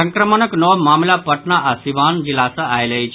संक्रमणक नव मामिला पटना आ सीवान जिला सँ आयल अछि